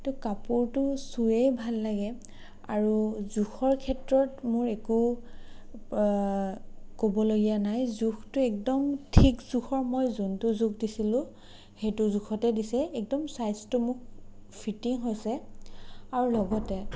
কাপোৰটো চুইয়ে ভাল লাগে আৰু জোখৰ ক্ষেত্ৰত মোৰ একো ক'বলগীয়া নাই জোখটো একদম ঠিক জোখৰ মই যোনটো জোখ দিছিলোঁ সেইটো জোখতেই দিছে একদম চাইজটো মোক ফিটিং হৈছে আৰু লগতে